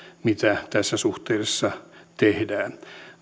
mitä tässä suhteessa tehdään